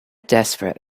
desperate